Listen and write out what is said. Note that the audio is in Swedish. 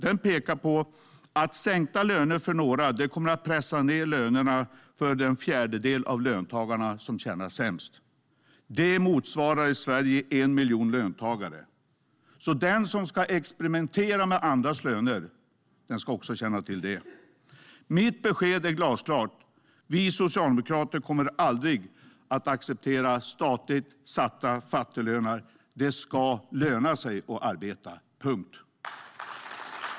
Den pekar på att sänkta löner för några kommer att pressa ned lönerna för den fjärdedel av löntagarna som tjänar sämst. Det motsvarar i Sverige 1 miljon löntagare. Den som ska experimentera med andras löner ska också känna till det. Mitt besked är glasklart. Vi socialdemokrater kommer aldrig att acceptera statligt satta fattiglöner. Det ska löna sig att arbeta, punkt.